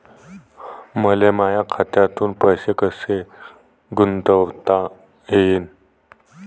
मले माया खात्यातून पैसे कसे गुंतवता येईन?